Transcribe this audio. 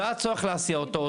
לא היה צורך להסיע אותו.